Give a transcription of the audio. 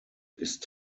ist